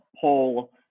poll